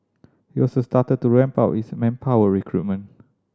has also started to ramp up its manpower recruitment